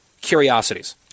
curiosities